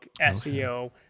SEO